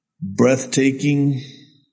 Breathtaking